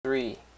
three